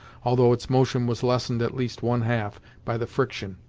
although its motion was lessened at least one half by the friction,